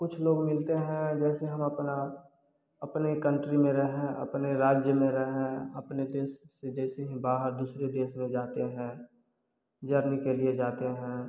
कुछ लोग मिलते हैं जैसे हम अपना अपने कंट्री में रहें अपने राज्य में रहें अपने देश विदेश बाहर दूसरे देश में जाते हैं जर्नी के लिए जाते हैं तो